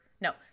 No